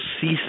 cease